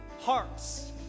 hearts